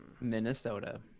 Minnesota